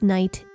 Night